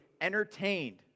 entertained